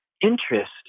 interest